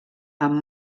amb